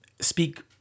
speak